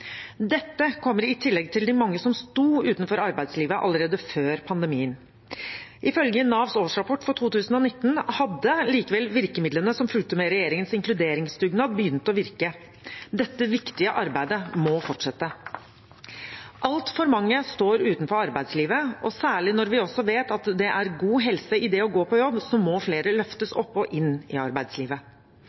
Dette kommer i tillegg til de mange som sto utenfor arbeidslivet allerede før pandemien. Ifølge Navs årsrapport for 2019 hadde likevel virkemidlene som fulgte med regjeringens inkluderingsdugnad, begynt å virke. Dette viktige arbeidet må fortsette. Altfor mange står utenfor arbeidslivet, og særlig når vi også vet at det er god helse i det å gå på jobb, må flere løftes opp og inn i arbeidslivet.